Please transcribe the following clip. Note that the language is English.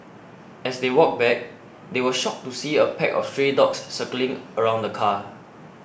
as they walked back they were shocked to see a pack of stray dogs circling around the car